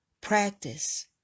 Practice